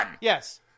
Yes